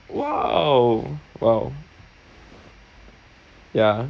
!wow! !wow! ya